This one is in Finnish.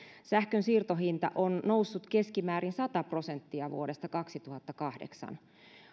sähkönsiirtohinta on noussut keskimäärin sata prosenttia vuodesta kaksituhattakahdeksan